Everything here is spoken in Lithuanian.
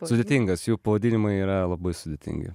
sudėtingas jų pavadinimai yra labai sudėtingi